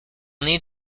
need